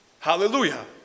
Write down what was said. Hallelujah